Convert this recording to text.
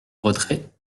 retrait